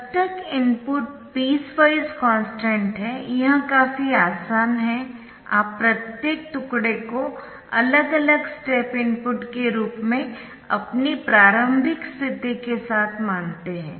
जब तक input piecewise constant है यह काफी आसान है आप प्रत्येक टुकड़े को अलग अलग स्टेप इनपुट के रूप में अपनी प्रारंभिक स्थिति के साथ मानते है